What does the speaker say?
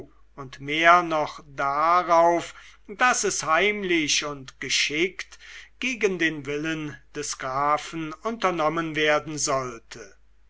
und mehr noch darauf daß es heimlich und geschickt gegen den willen des grafen unternommen werden sollte